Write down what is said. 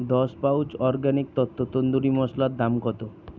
দশ pouch organic তত্ত্ব তন্দুরি মশলার দাম কত